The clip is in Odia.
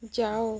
ଯାଅ